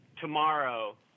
tomorrow –